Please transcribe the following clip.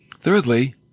Thirdly